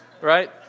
right